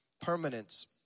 permanence